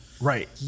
Right